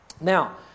Now